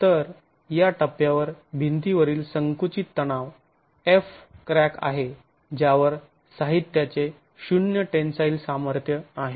तर या टप्प्यावर भिंतीवरील संकुचित तणाव f क्रॅक आहे ज्यावर साहित्याचे शुन्य टेंन्साईल सामर्थ्य आहे